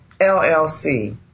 LLC